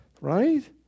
right